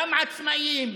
גם עצמאים,